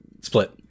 Split